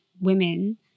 women